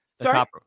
Sorry